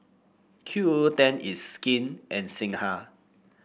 Q O O ten It's Skin and Singha